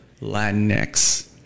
Latinx